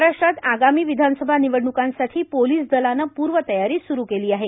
महाराष्ट्रात आगामी विधानसभा निवडण्कांसाठी पोलिस दलानं पूर्वतयारी स्रू केली आहे